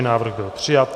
Návrh byl přijat.